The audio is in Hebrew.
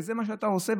וזה מה שאתה עושה,